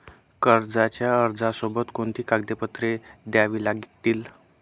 कर्जाच्या अर्जासोबत कोणती कागदपत्रे द्यावी लागतील?